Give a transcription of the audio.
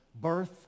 birth